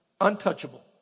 untouchable